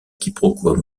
quiproquo